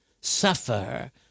suffer